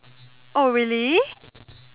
oh really